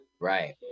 right